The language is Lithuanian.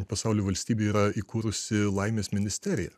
pasaulio valstybė yra įkūrusi laimės ministeriją